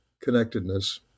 connectedness